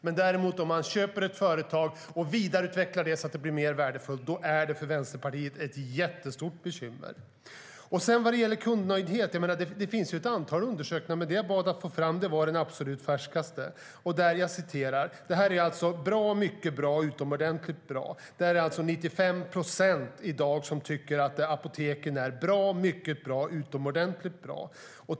Men om någon köper ett företag och vidareutvecklar det så att det blir mer värdefullt är det ett stort bekymmer för Vänsterpartiet.Det finns ett antal undersökningar om kundnöjdhet, men jag bad om den färskaste. 95 procent av deltagarna har angett att apoteken är bra, mycket bra eller utomordentligt bra.